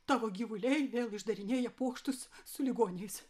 tavo gyvuliai vėl išdarinėja pokštus su ligoniais